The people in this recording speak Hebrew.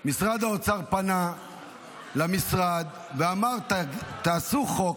משרד האוצר פנה למשרד ואמר: תעשו חוק,